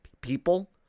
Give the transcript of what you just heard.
people